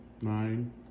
nine